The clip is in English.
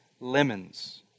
lemons